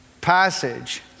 passage